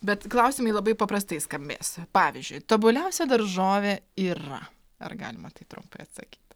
bet klausimai labai paprastai skambės pavyzdžiui tobuliausia daržovė yra ar galima tai trumpai atsakyt